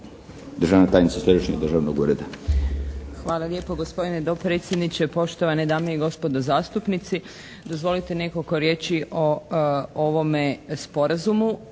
Državna tajnica Središnjeg državnog ureda.